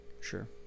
sure